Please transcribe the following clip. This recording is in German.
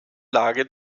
lage